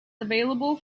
available